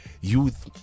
Youth